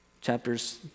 Chapters